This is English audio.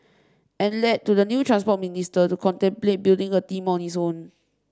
and led to the new Transport Minister to contemplate building a team on his own